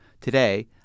Today